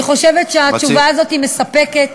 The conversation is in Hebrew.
אני חושבת שהתשובה הזאת מספקת,